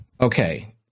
Okay